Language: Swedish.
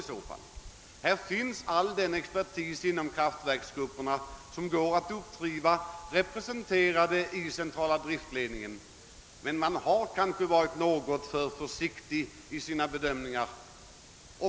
I centrala driftledningen finns all den expertis inom kraftverksgrupperna som går att uppdriva. Men man har kanske varit något för försiktig i sina bedömningar.